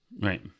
Right